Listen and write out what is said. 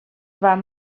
vas